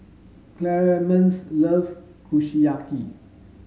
Clemence love Kushiyaki